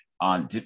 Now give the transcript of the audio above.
on